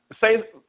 Say